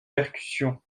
percussion